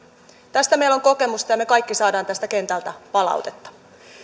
tästä meillä on kokemusta ja me kaikki saamme tästä kentältä palautetta